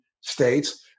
states